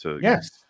Yes